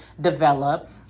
develop